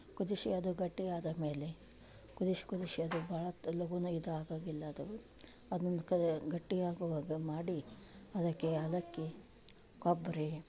ಕುದಿಸಿ ಅದು ಗಟ್ಟಿ ಆದ ಮೇಲೆ ಕುದಿಸಿ ಕುದಿಸಿ ಅದು ಭಾಳ ಅದನ್ನ ಕದ ಗಟ್ಟಿ ಆಗುವಾಗ ಮಾಡಿ ಅದಕ್ಕೆ ಅದಕ್ಕೆ ಕೊಬ್ಬರಿ